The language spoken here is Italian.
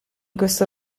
questo